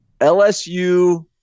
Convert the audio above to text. LSU